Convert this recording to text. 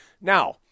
Now